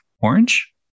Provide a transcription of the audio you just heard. Orange